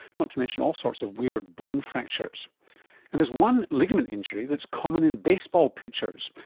not to mention all sorts of weird bone fractures. and there's one ligament injury that is common in baseball pitchers,